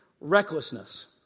recklessness